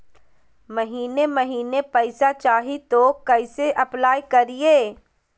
महीने महीने पैसा चाही, तो कैसे अप्लाई करिए?